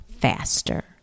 faster